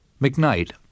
McKnight